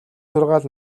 сургаал